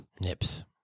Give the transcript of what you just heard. Nips